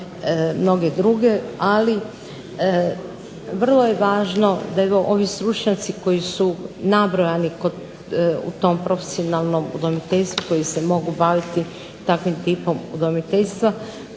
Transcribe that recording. mnoge druge. Ali vrlo je važno da ovi stručnjaci koji su nabrojani kod u tom profesionalnom udomiteljstvu koji se mogu baviti takvim tipom udomiteljstva